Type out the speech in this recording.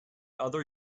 other